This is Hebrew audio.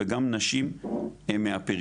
וגם נשים מהפריפריה.